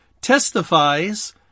testifies